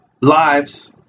lives